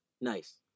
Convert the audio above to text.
Nice